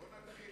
בוא נתחיל,